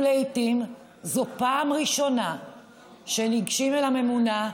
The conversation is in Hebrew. ולעיתים זו פעם ראשונה שניגשים אל הממונה,